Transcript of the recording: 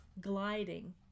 gliding